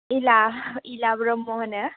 इला इला ब्रह्म होनो